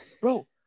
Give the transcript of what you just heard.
Bro